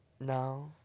No